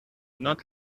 not